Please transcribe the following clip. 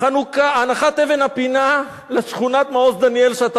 הנחת אבן הפינה לשכונת מעוז-דניאל שאתה